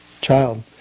child